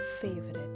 favorite